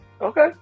Okay